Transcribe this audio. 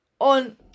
on